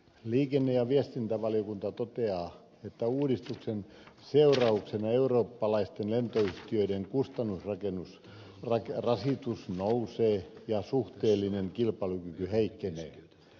liikenne ja viestintävaliokunta toteaa että uudistuksen seurauksena eurooppalaisten lentoyhtiöitten kustannusrasitus nousee ja suhteellinen kilpailukyky heikkenee